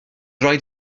rhaid